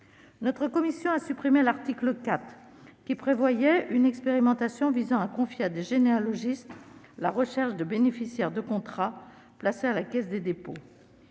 Notre commission a supprimé l'article 4, qui prévoyait une expérimentation visant à confier à des généalogistes la recherche des bénéficiaires de contrats placés à la Caisse des dépôts